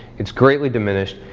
it's greatly diminished,